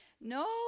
no